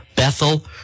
Bethel